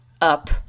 up